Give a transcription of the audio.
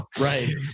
Right